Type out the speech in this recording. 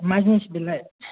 मा जिनिस बेलाय